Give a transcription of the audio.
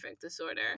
disorder